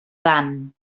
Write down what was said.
dan